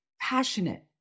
passionate